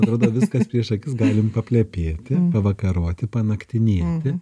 atrodo viskas prieš akis galim paplepėti pavakaroti panaktinėti